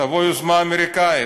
תבוא יוזמה אמריקנית.